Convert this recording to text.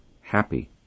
happy